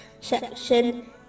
SECTION